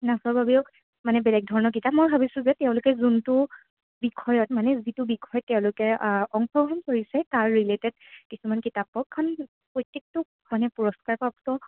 নাচৰ বাবেও মানে বেলেগ ধৰণৰ কিতাপ মই ভাবিছোঁ যে তেওঁলোকে যোনটো বিষয়ত মানে যিটো বিষয়ত তেওঁলোকে অংশগ্ৰহণ কৰিছে তাৰ ৰিলেটেড কিছুমান কিতাপ পাওক প্ৰত্য়েখন প্ৰত্যেকটো মানে পুৰস্কাৰপ্ৰাপ্ত